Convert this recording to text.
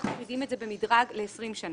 אנחנו מורידים את זה במדרג ל-20 שנה.